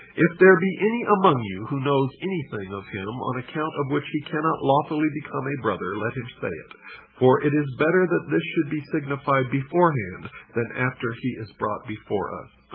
if there be any among you who knows anything of him, on account of which he cannot lawfully become a brother, let him say it for it is better that this should be signified beforehand than after he is brought before us.